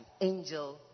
angel